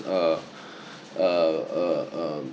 uh uh uh um